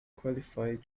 qualified